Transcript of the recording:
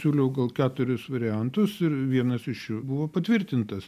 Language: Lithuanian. siūliau gal keturis variantus ir vienas iš jų buvo patvirtintas